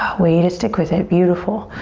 way to stick with it, beautiful.